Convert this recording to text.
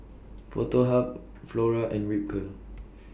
Foto Hub Flora and Ripcurl